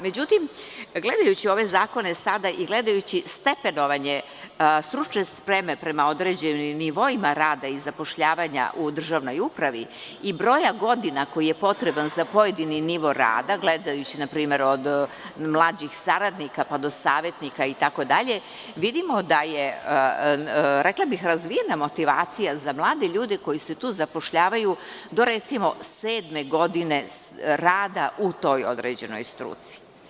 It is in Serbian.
Međutim, gledajući ove zakone sada i gledajući stepenovanje stručne spreme prema određenim nivoima rada i zapošljavanja u državnoj upravi i broja godina koji je potreban za pojedini nivo rada, gledajući npr. od mlađih saradnika, pa do savetnika itd, vidimo da je, rekla bih, razvijena motivacija za mlade ljude koji se tu zapošljavaju do, recimo, sedme godine rada u toj određenoj struci.